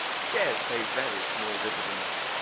shares pay very small dividends,